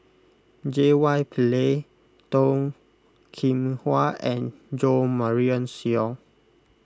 J Y Pillay Toh Kim Hwa and Jo Marion Seow